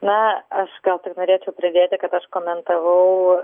na aš gal tik norėčiau pridėti kad aš komentavau